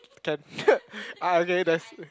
can ah okay that's uh